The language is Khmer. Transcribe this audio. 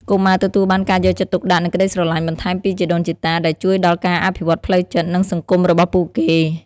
កុមារទទួលបានការយកចិត្តទុកដាក់ និងក្តីស្រឡាញ់បន្ថែមពីជីដូនជីតា ដែលជួយដល់ការអភិវឌ្ឍផ្លូវចិត្ត និងសង្គមរបស់ពួកគេ។